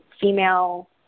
female